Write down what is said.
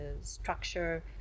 structure